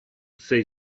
sei